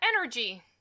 energy